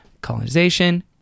colonization